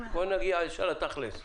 בוא נגיע ישר לתכלס.